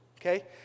okay